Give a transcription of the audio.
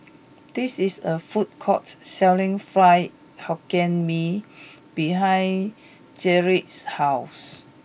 this is a food court selling fried hokkien Mee behind Jaret's house